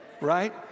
right